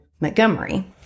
Montgomery